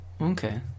okay